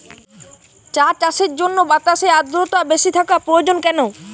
চা চাষের জন্য বাতাসে আর্দ্রতা বেশি থাকা প্রয়োজন কেন?